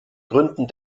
gründen